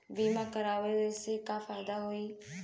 बीमा करवला से का फायदा होयी?